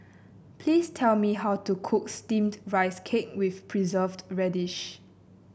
please tell me how to cook steamed Rice Cake with Preserved Radish